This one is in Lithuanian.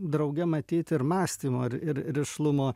drauge matyt ir mąstymo ir ir rišlumo